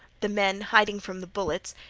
the men, hiding from the bullets,